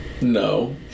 no